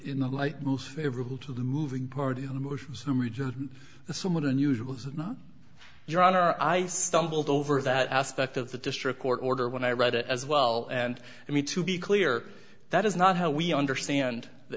in the light most favorable to the moving part in the region somewhat unusual your honor i stumbled over that aspect of the district court order when i read it as well and i mean to be clear that is not how we understand the